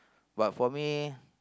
but for me